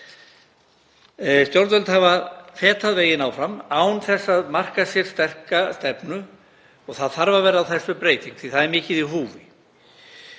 Stjórnvöld hafa fetað veginn áfram án þess að marka sér sterka stefnu og á þessu þarf að verða breyting því að það er mikið í húfi.